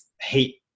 hate